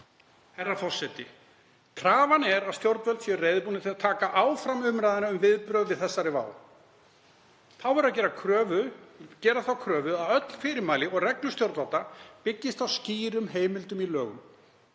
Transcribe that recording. Herra forseti. Krafan er að stjórnvöld séu reiðubúin til að taka áfram umræðuna um viðbrögð við þessari vá. Þá verður að gera þá kröfu að öll fyrirmæli og reglur stjórnvalda byggist á skýrum heimildum í lögum.